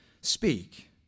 speak